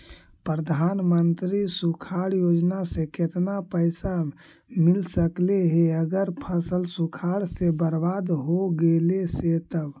प्रधानमंत्री सुखाड़ योजना से केतना पैसा मिल सकले हे अगर फसल सुखाड़ से बर्बाद हो गेले से तब?